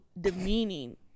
demeaning